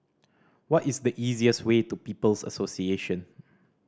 what is the easiest way to People's Association